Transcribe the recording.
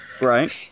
Right